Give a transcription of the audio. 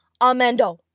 amendo